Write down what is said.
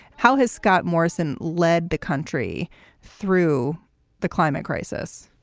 how has scott morrison led the country through the climate crisis?